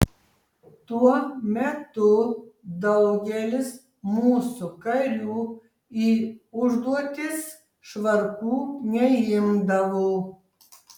tuo metu daugelis mūsų karių į užduotis švarkų neimdavo